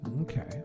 Okay